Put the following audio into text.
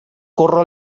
corre